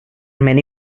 many